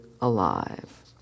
alive